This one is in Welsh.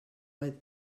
oedd